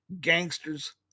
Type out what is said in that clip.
gangsters